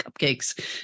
cupcakes